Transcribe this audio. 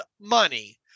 money